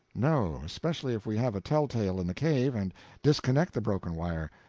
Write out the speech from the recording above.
no, especially if we have a tell-tale in the cave and disconnect the broken wire.